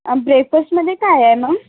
आणि ब्रेकफस्टमध्ये काय आहे मग